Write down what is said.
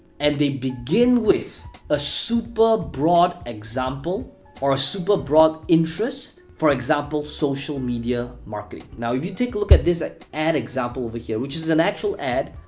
and they begin with a super-broad example or a super-broad interest. for example, social media marketing. now, if you take a look at this ad example over here, which is an actual ad,